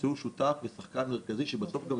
אני